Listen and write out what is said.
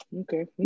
Okay